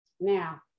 Now